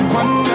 one